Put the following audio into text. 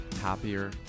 happier